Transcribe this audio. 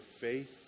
faith